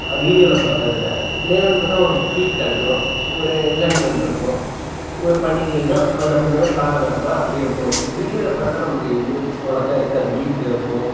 வீடியோவில் பார்க்கறது வேறு நேரில் இருந்து பார்த்தா ஒரு ஃபீல் கிடைக்கும் ஒரு என்ஜாய்மெண்ட்டிருக்கும் ஒரு பண்டிகைன்னா அது அப்போ இந்த மாதிரி காலகட்டமா அப்படியே இருக்கும் வீடியாவில் பார்த்தா நமக்கு எதுவுமே அவ்வளாக்கா இருக்காது வீட்டில் இருக்கோம்